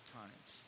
times